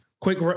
Quick